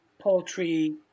poultry